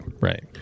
right